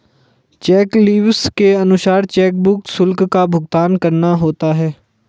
check leaves के अनुसार chequebook शुल्क का भुगतान करना होता है